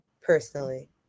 personally